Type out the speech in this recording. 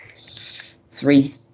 three